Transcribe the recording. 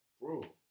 bro